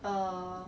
uh